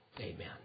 Amen